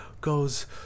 goes